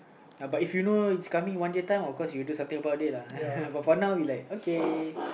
ya but you know if is coming one day time of course you will do something about it lah but for now we like okay